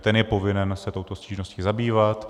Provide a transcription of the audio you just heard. Ten je povinen se touto stížností zabývat.